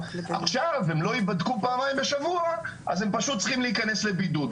עכשיו הם לא ייבדקו פעמיים בשבוע אז הם פשוט צריכים להיכנס לבידוד,